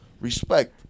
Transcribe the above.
respect